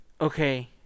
Okay